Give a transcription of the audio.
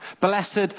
Blessed